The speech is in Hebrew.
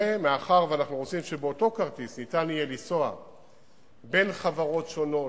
ומאחר שאנחנו רוצים שבאותו כרטיס ניתן יהיה לנסוע בחברות שונות,